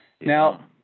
Now